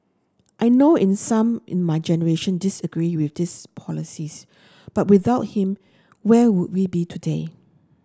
I know in some in my generation disagree with this policies but without him where would we be today